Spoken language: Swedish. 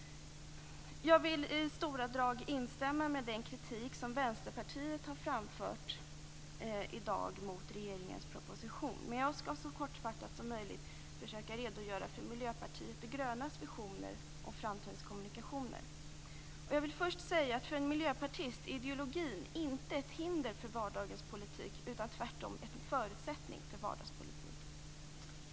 Jag vill i stora drag instämma i den kritik som Vänsterpartiet i dag har framfört mot regeringens proposition. Jag skall så kortfattat som möjligt försöka redogöra för Miljöpartiet de grönas visioner om framtidens kommunikationer. För en miljöpartist är ideologin inte ett hinder för vardagens politik utan tvärtom en förutsättning för vardagens politik.